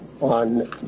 on